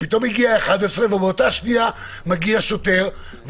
פתאום הגיע 11 ובאותה שנייה מגיע שוטר,